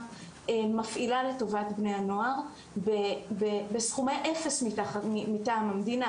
מפעילה לטובת בני הנוער בסכומי אפס מטעם המדינה,